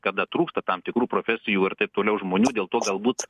kada trūksta tam tikrų profesijų ir taip toliau žmonių dėl to galbūt